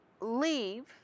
leave